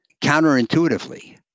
counterintuitively